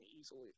easily